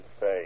say